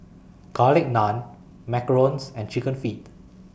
Garlic Naan Macarons and Chicken Feet